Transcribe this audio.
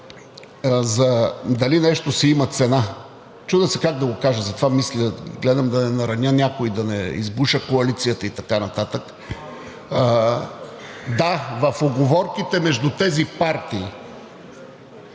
дали нещо си има цена. Чудя се как да го кажа, затова мисля, гледам да не нараня някого, да не избуша коалицията и така нататък. Да, в уговорките между тези партии